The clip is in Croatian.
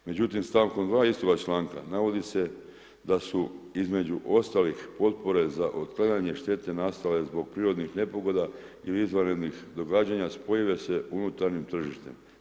Međutim stavkom 2. istoga članka navodi se da su između ostalih potpore za otklanjanje štete nastale zbog prirodnih nepogoda ili izvanrednih događanja spojive sa unutarnjim tržištem.